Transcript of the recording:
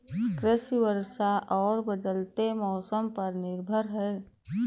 कृषि वर्षा और बदलते मौसम पर निर्भर है